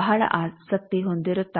ಬಹಳ ಆಸಕ್ತಿ ಹೊಂದಿರುತ್ತಾರೆ